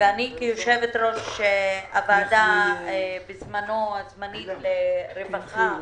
ואני כיושבת ראש הוועדה הזמנית בזמנו של ועדת הרווחה